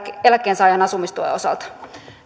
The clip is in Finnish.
eläkkeensaajan asumistuen osalta